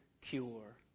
cure